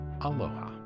aloha